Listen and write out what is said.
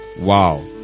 Wow